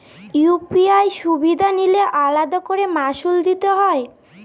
UPI সুবিধা নিলে আলাদা করে মাসুল দিতে হয়?